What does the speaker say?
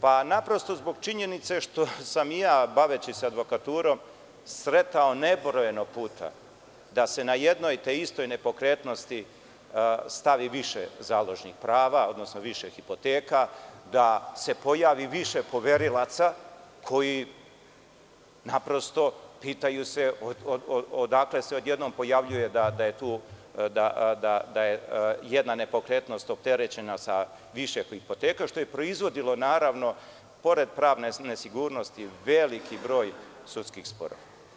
Pa, naprosto zbog činjenice što sam i ja baveći se advokaturom sretao nebrojeno puta da se na jednoj te istoj nepokretnosti stavi više založnih prava, odnosno više hipoteka, da se pojavi više poverilaca koji naprosto pitaju se odakle se odjednom pojavljuje da je jedna nepokretnost opterećena sa više hipoteka što je proizvodilo naravno pored pravne nesigurnosti veliki broj sudskih sporova.